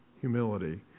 humility